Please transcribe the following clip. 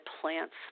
plants